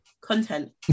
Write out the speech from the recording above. Content